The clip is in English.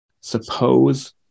suppose